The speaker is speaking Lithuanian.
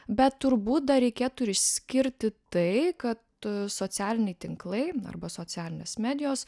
bet turbūt dar reikėtų ir išskirti tai kad socialiniai tinklai arba socialinės medijos